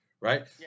right